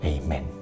Amen